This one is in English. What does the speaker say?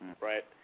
right